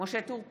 משה טור פז,